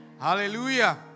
hallelujah